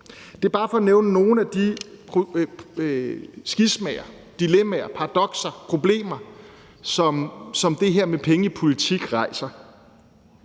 Det er bare for at nævne nogle af de skismaer, dilemmaer, paradokser, problemer, som det her med penge i politik rejser.